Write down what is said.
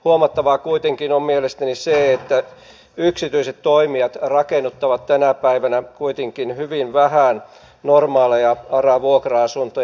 huomattavaa kuitenkin on mielestäni se että yksityiset toimijat rakennuttavat tänä päivänä hyvin vähän normaaleja ara vuokra asuntoja